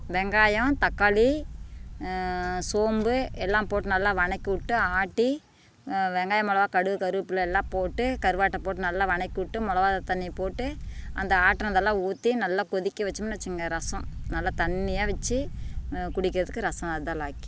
வெங்காயம் தக்காளி சோம்பு எல்லாம் போட்டு நல்லா வதக்கி விட்டு ஆட்டி வெங்காயம் மொளகா கடுகு கருவேப்பில எல்லாம் போட்டு கருவாட்டை போட்டு நல்லா வதக்கி விட்டு மொளகா தனியா போட்டு அந்த ஆட்டுனதெல்லாம் ஊற்றி நல்லா கொதிக்க வெச்சோம்னா வெச்சுக்கங்க ரசம் நல்லா தண்ணியாக வைச்சி குடிக்கிறத்துக்கு ரசம் அதான் லாய்க்கு